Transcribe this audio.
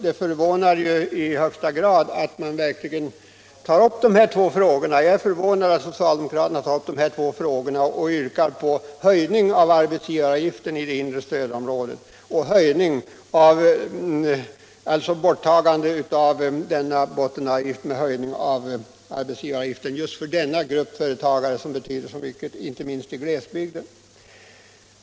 Det förvånar mig i högsta grad att socialdemokraterna tar upp dessa två frågor och yrkar på en höjning av arbetsgivaravgiften i det inre stödområdet och borttagande av den fria botteninkomsten och därmed en höjning av arbetsgivaravgiften för just denna grupp av företagare, som betyder så mycket inte minst i glesbygden.